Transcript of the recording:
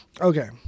Okay